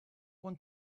want